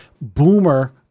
boomer